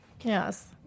yes